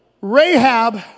Rahab